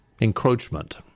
encroachment